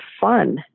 fun